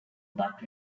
but